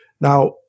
Now